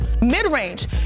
mid-range